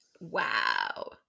Wow